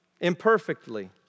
imperfectly